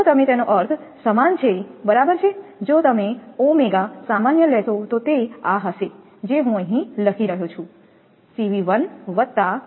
જો તમે તેનો અર્થ સમાન છે બરાબર છે જો તમે ઓમેગા સામાન્ય લેશો તો તે આ હશે જે હું લખી રહ્યો છું 𝐶𝑉1 0